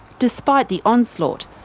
despite the onslaught,